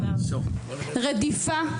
רדיפה,